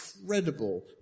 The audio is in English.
incredible